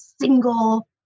single